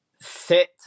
sit